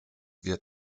wird